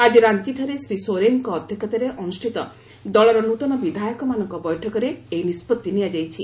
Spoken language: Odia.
ଆଜି ରାଞ୍ଚିଠାରେ ଶ୍ରୀ ସୋରେନ୍ଙ୍କ ଅଧ୍ୟକ୍ଷତାରେ ଅନୁଷ୍ଠିତ ଦଳର ନୃତନ ବିଧାୟକମାନଙ୍କ ବୈଠକରେ ଏହି ନିଷ୍କଭି ନିଆଯାଇଛି